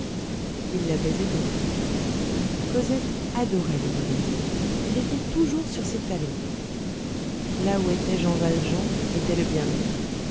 il la baisait au front cosette adorait le bonhomme elle était toujours sur ses talons là où était jean valjean était le bien-être